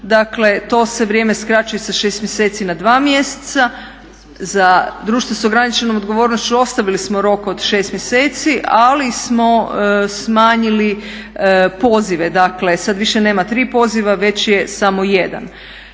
to se vrijeme skraćuje sa 6 mjeseci na 2 mjeseca, za društvo sa ograničenom odgovornošću ostavili smo rok od 6 mjeseci, ali smo smanjili pozive. Sada nema više tri poziva već je samo jedan.